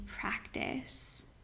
practice